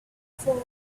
four